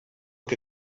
que